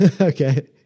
Okay